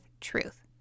truth